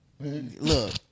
Look